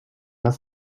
das